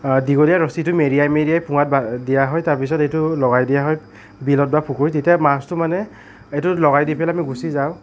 দীঘলীয়া ৰছিটো মেৰিয়াই মেৰিয়াই পোঙাত দিয়া হয় তাৰপিছত এইটো লগাই দিয়া হয় বিলত বা পুখুৰীত এতিয়া মাছটো মানে এইটো লগাই দি পেলাই আমি গুছি যাওঁ